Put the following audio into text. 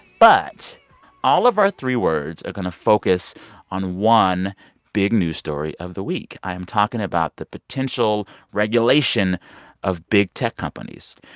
but all of our three words are going to focus on one big news story of the week. i am talking about the potential regulation of big tech companies.